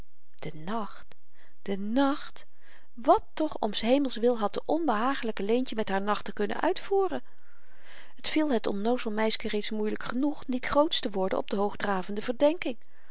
den nacht den nacht wàt toch om s hemels wil had de onbehagelyke leentje met haar nachten kunnen uitvoeren t viel het onnoozel meiske reeds moeielyk genoeg niet groots te worden op de hoogdravende verdenking